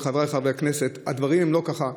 ולחבריי חברי הכנסת: הדברים הם לא ככה.